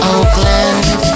Oakland